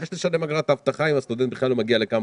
למה לשלם אגרת אבטחה אם הסטודנט בכלל לא מגיע לקמפוס?